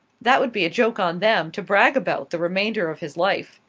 that would be a joke on them to brag about the remainder of his life.